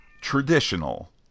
traditional